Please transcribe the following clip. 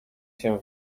się